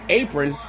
apron